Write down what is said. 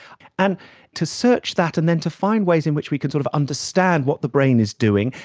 and to search that and then to find ways in which we could sort of understand what the brain is doing,